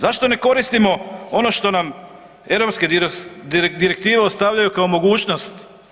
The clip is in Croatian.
Zašto ne koristimo ono što nam europske direktive ostavljaju kao mogućnost?